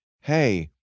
Hey